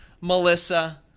Melissa